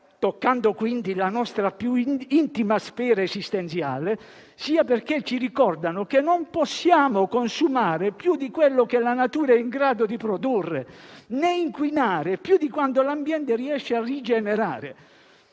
toccando quindi la nostra più intima sfera esistenziale, sia perché ci ricordano che non possiamo consumare più di quello che la natura è in grado di produrre, né inquinare più di quanto l'ambiente riesce a rigenerare.